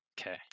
Okay